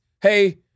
hey